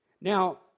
Now